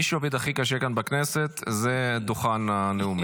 מי שעובד הכי קשה כאן בכנסת זה דוכן הנואמים,